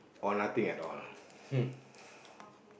or nothing at all ah